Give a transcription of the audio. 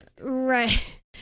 Right